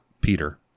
Peter